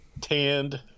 tanned